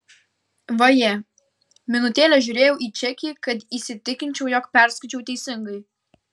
vaje minutėlę žiūrėjau į čekį kad įsitikinčiau jog perskaičiau teisingai